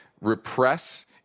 repress